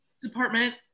department